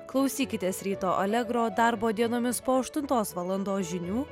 klausykitės ryto alegro darbo dienomis po aštuntos valandos žinių